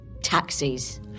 taxis